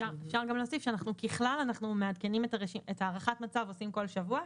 אפשר גם להוסיף שאנחנו עושים את הערכת המצב כל שבוע,